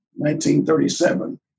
1937